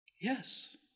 Yes